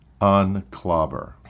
Unclobber